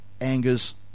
angers